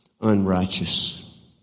unrighteous